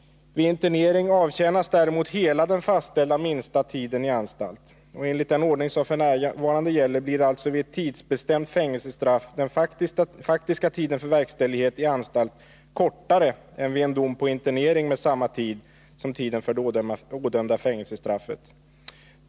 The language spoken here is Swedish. Vid internering avtjänas däremot hela den fastställda minsta tiden i anstalt. Enligt den ordning som f.n. gäller blir alltså vid tidsbestämt fängelsestraff den faktiska tiden för verkställighet i anstalt kortare än vid en dom till internering på samma tid som det ådömda fängelsestraffet avser.